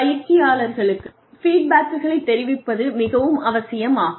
பயிற்சியாளர்களுக்கு ஃபீட்பேக்குகளை தெரிவிப்பது மிகவும் அவசியம் ஆகும்